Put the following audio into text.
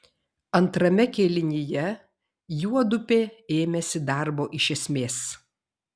antrame kėlinyje juodupė ėmėsi darbo iš esmės